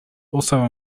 also